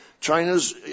China's